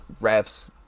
refs